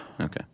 Okay